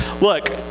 Look